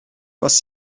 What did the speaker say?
was